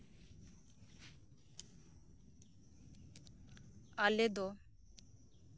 ᱟᱞᱮ ᱫᱚ